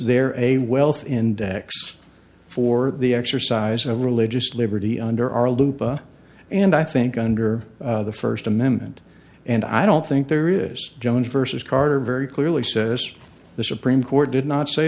there a wealth index for the exercise of religious liberty under our lupa and i think under the first amendment and i don't think there is jones versus carr very clearly says the supreme court did not say